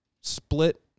split